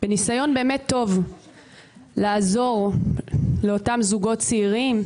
בניסיון באמת טוב לעזור לאותם זוגות צעירים.